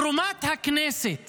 תרומת הכנסת